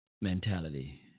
mentality